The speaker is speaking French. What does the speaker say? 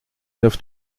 neuf